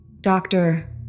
Doctor